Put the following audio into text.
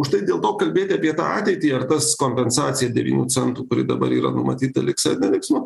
už tai dėl to kalbėti apie tą ateitį ar tas kompensaciją devynių centų kuri dabar yra numatyta liks ar neliks nu